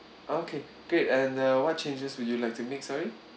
okay great and uh what changes would you like to make sorry